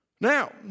Now